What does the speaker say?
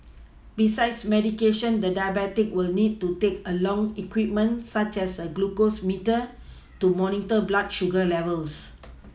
besides medication the diabetic will need to take along equipment such as a glucose meter to monitor blood sugar levels